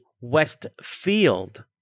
Westfield